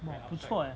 !wah! 不错 leh